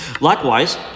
Likewise